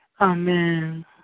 Amen